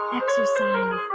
exercise